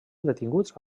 detinguts